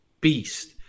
beast